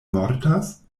mortas